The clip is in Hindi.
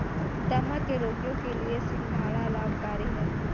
दमा के रोगियों के लिए सिंघाड़ा लाभकारी है